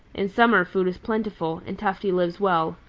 in summer food is plentiful, and tufty lives well,